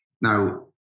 Now